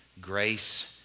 grace